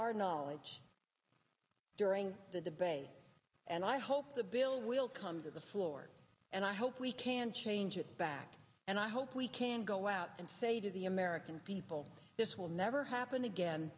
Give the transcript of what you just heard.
our knowledge during the debate and i hope the bill will come to the floor and i hope we can change it back and i hope we can go out and say to the american people this will never happen again